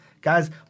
Guys